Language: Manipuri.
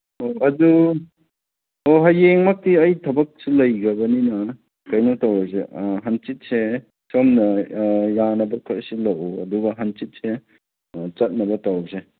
ꯑꯣ ꯑꯗꯨ ꯍꯌꯦꯡ ꯃꯛꯇꯤ ꯑꯩ ꯊꯕꯛꯁꯨ ꯂꯩꯔꯕꯅꯤꯅ ꯀꯩꯅꯣ ꯇꯧꯔꯁꯦ ꯍꯥꯡꯆꯤꯠꯁꯦ ꯁꯣꯝꯅ ꯌꯥꯅꯕ ꯈꯔ ꯁꯤꯜꯂꯛꯎ ꯑꯗꯨꯒ ꯍꯥꯡꯆꯤꯠꯁꯦ ꯆꯠꯅꯕ ꯇꯧꯁꯦ